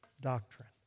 doctrine